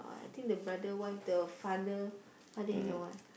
but I think the brother wife the father father-in-law eh